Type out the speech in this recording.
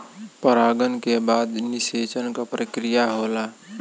परागन के बाद निषेचन क प्रक्रिया होला